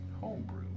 Homebrew